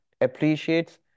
appreciates